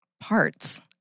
parts